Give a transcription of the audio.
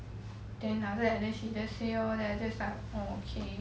then after that then she just say lor then I just like okay